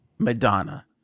madonna